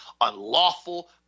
unlawful